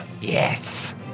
Yes